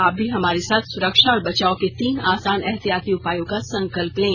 आप भी हमारे साथ सुरक्षा और बचाव के तीन आसान एहतियाती उपायों का संकल्प लें